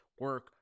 Work